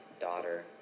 daughter